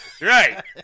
right